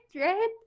Right